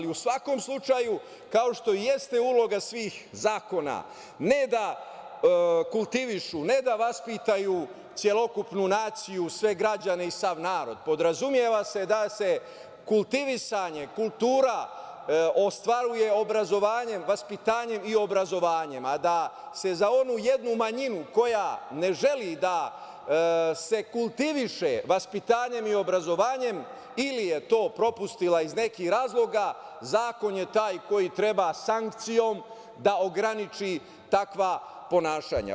U svakom slučaju, kao što i jeste uloga svih zakona, ne da kultivišu, ne da vaspitaju celokupnu naciju, sve građane i sav narod, podrazumeva se da se kultivisanje kultura ostvaruje obrazovanjem, vaspitanjem i obrazovanjem, a da se za onu jednu manjinu koja ne želi da se kultiviše vaspitanjem i obrazovanjem ili je to propustila iz nekih razloga zakon je taj koji treba sankcijom da ograniči takva ponašanja.